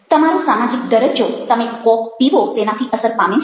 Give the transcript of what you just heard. તમારો સામાજિક દરજ્જો તમે કોક પીવો તેનાથી અસર પામે છે